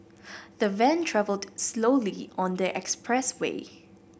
the van travelled slowly on the expressway